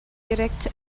directs